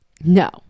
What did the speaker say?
no